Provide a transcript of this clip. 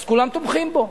אז כולם תומכים בו,